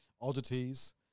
oddities